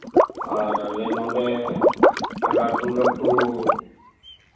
ᱟᱨ ᱟᱞᱮ ᱱᱚᱸᱰᱮ ᱞᱟᱴᱩᱼᱞᱟᱴᱩ